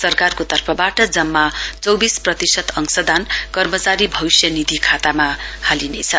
सरकारको तर्फबाट जम्मा चौविस प्रतिशत अंशदान कर्मचारी भविष्य निधि खातामा गरिनेछ